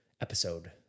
episode